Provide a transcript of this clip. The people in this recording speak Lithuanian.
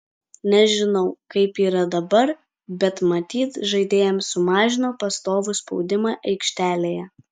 nežinau kaip yra dabar bet matyt žaidėjams sumažino pastovų spaudimą aikštelėje